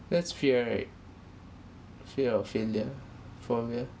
that's fear right fear of failure for me ah